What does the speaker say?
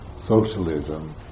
socialism